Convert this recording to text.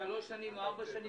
ארבע שנים או שלוש שנים.